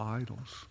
idols